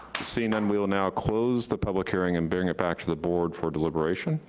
seeing none, we will now close the public hearing, and bring it back to the board for deliberation.